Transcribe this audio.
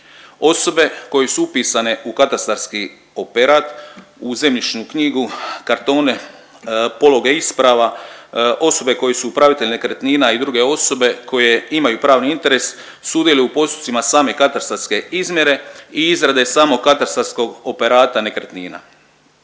Osobe koje su upisane u katastarski operat u zemljišnu knjigu, kartone pologa isprava osobe koji su upravitelj nekretnina i druge osobe koje imaju pravni interes sudjeluju u postupcima same katastarske izmjere i izrade samog katastarskog operata nekretnina.